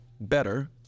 better